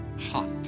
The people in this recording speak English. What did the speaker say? hot